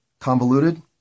Convoluted